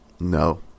No